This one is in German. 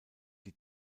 die